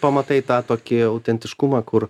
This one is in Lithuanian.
pamatai tą tokį autentiškumą kur